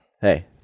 Hey